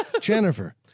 Jennifer